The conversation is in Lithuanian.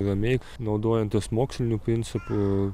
ramiai naudojantis moksliniu principu